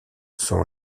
sont